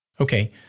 Okay